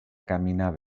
caminar